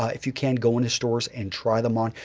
ah if you can, go into stores and try them on.